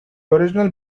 original